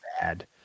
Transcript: bad